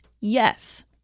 yes